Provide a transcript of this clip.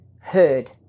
heard